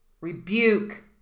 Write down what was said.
rebuke